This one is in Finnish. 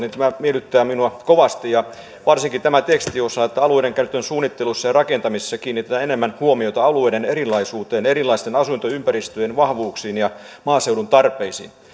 miellyttävät minua kovasti ja varsinkin tämä tekstiosa että alueidenkäytön suunnittelussa ja rakentamisessa kiinnitetään enemmän huomiota alueiden erilaisuuteen erilaisten asuinympäristöjen vahvuuksiin ja maaseudun tarpeisiin